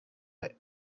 emile